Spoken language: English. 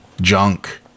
junk